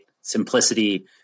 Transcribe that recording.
simplicity